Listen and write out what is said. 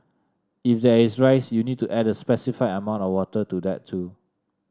if there is rice you'll need to add a specified amount of water to that too